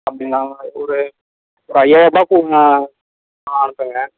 அப்படிங்களா ஒரு ஒரு ஐயாயிரரூபாய் கொடுங்க ஆ அனுப்புங்க